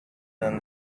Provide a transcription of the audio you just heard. than